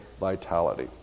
vitality